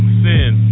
sin